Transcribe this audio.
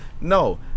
No